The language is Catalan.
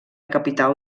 capital